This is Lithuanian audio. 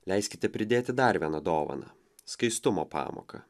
leiskite pridėti dar vieną dovaną skaistumo pamoką